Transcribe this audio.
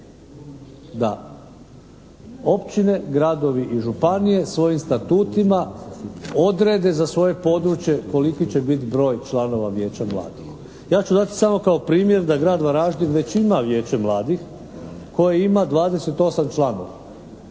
da općine, gradovi i županije svojim statutima odrede za svoje područje koliki će biti broj članova vijeća mladih? Ja ću dati samo kao primjer da grad Varaždin već ima Vijeće mladih koje ima 28 članova.